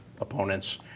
opponents